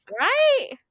right